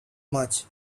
much